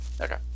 okay